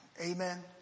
Amen